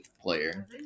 player